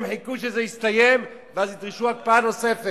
הם חיכו שזה יסתיים, ואז ידרשו הקפאה נוספת.